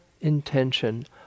intention